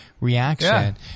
reaction